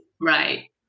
Right